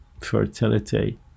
fertility